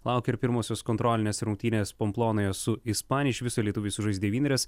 laukia ir pirmosios kontrolinės rungtynės pomplonoje su ispanija iš viso lietuviai sužais devynerias